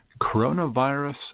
Coronavirus